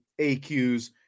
aqs